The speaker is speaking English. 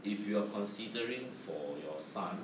if you're considering for your son